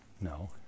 No